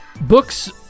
Books